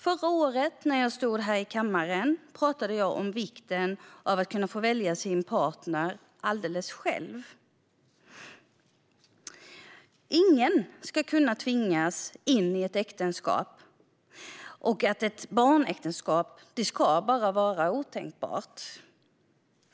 Förra året när jag stod här i kammaren pratade jag om vikten av att kunna få välja sin partner alldeles själv. Ingen ska kunna tvingas in i ett äktenskap, och barnäktenskap ska vara otänkbart.